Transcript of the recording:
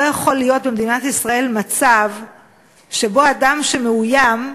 לא יכול להיות במדינת ישראל מצב שבו אדם מאוים,